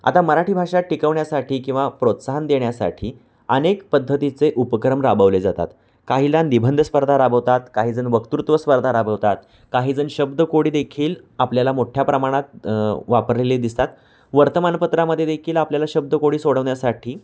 आता मराठी भाषा टिकवण्यासाठी किंवा प्रोत्साहन देण्यासाठी अनेक पद्धतीचे उपक्रम राबवले जातात काहीला निबंध स्पर्धा राबवतात काहीजण वक्तृत्व स्पर्धा राबवतात काहीजण शब्द कोडी देखील आपल्याला मोठ्या प्रमाणात वापरलेले दिसतात वर्तमानपत्रामध्ये देेखील आपल्याला शब्द कोडी सोडवण्यासाठी